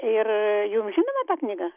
ir jum žinoma ta knyga